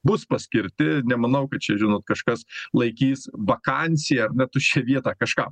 bus paskirti nemanau kad čia žinot kažkas laikys vakanciją ar ne tuščią vietą kažkam